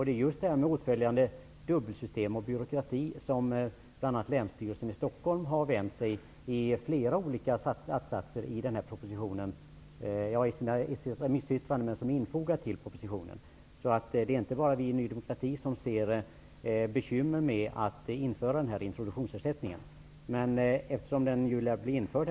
Det är just det här med dubbelsystem och åtföljande byråkrati som bl.a. Länsstyrelsen i Stockholm i flera olika att-satser i sitt remissyttrande som är infogat i föreliggande propositione vänder sig mot. Det är alltså inte bara vi i Ny demokrati som ser bekymmer med att den här introduktionsersättningen införs. Den lär ju bli införd.